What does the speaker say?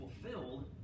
fulfilled